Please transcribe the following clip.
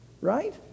right